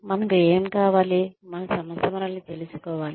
మనకు ఏమి కావాలి మన సంస్థ మనల్ని తెలుసుకోవాలి